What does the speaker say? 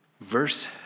Verse